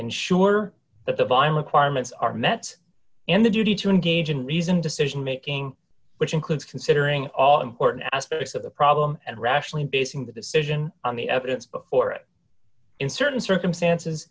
ensure that the vinyl quartus are met and the duty to engage in reasoned decision making which includes considering all important aspects of the problem and rationally basing the decision on the evidence for it in certain circumstances